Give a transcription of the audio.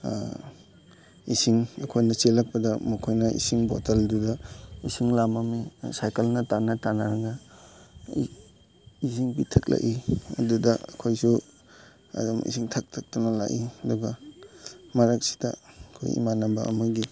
ꯏꯁꯤꯡ ꯑꯩꯈꯣꯏꯅ ꯆꯦꯜꯂꯛꯄꯗ ꯃꯈꯣꯏꯅ ꯏꯁꯤꯡ ꯕꯣꯇꯜꯗꯨꯗ ꯏꯁꯤꯡ ꯂꯥꯝꯃꯝꯅꯤꯅ ꯁꯥꯏꯀꯜꯅ ꯇꯥꯟꯅ ꯇꯥꯟꯅꯔꯒ ꯏꯁꯤꯡ ꯄꯤꯊꯛꯂꯛꯏ ꯑꯗꯨꯗ ꯑꯩꯈꯣꯏꯁꯨ ꯑꯗꯨꯝ ꯏꯁꯤꯡ ꯊꯛ ꯊꯛꯇꯅ ꯂꯥꯛꯏ ꯑꯗꯨꯒ ꯃꯔꯛꯁꯤꯗ ꯑꯩꯈꯣꯏ ꯏꯃꯥꯟꯅꯕ ꯑꯃꯒꯤ